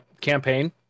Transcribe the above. campaign